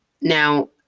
Now